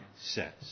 says